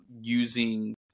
using